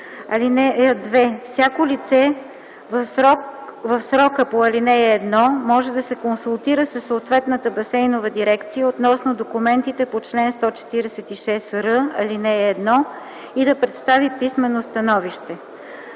т. 3. (2) Всяко лице в срока по ал. 1 може да се консултира със съответната басейнова дирекция относно документите по чл. 146р, ал. 1 и да представи писмено становище.